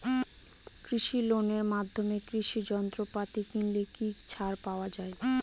কৃষি লোনের মাধ্যমে কৃষি যন্ত্রপাতি কিনলে কি ছাড় পাওয়া যায়?